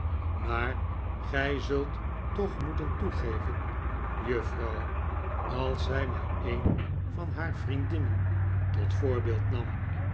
maar gij zult toch moeten toegeven juffrouw als zij maar een van haar vriendinnen tot voorbeeld nam